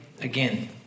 again